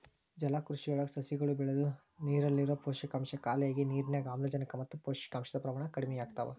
ಜಲಕೃಷಿಯೊಳಗ ಸಸಿಗಳು ಬೆಳದು ನೇರಲ್ಲಿರೋ ಪೋಷಕಾಂಶ ಖಾಲಿಯಾಗಿ ನಿರ್ನ್ಯಾಗ್ ಆಮ್ಲಜನಕ ಮತ್ತ ಪೋಷಕಾಂಶದ ಪ್ರಮಾಣ ಕಡಿಮಿಯಾಗ್ತವ